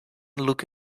look